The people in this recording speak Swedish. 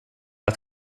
att